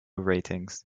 ratings